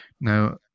Now